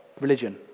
religion